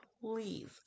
Please